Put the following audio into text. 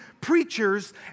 preachers